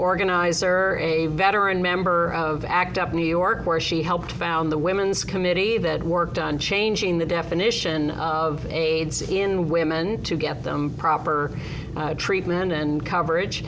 organizer a veteran member of act up new york where she helped found the women's committee that worked on changing the definition of aids in women to get them proper treatment and coverage